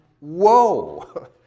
Whoa